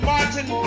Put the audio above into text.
Martin